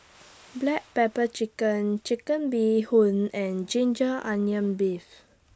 Black Pepper Crab Chicken Bee Hoon and Ginger Onions Beef